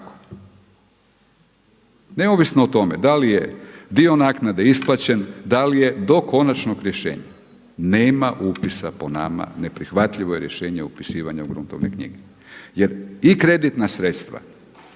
Kako? Neovisno o tome da li je dio naknade isplaćen, da li je do konačnog rješenja. Nema upisa po nama neprihvatljivo je rješenje upisivanja u gruntovne knjige. Jer i kreditna sredstva